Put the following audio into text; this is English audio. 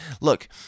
look